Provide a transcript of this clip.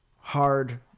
hard